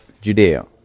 Judea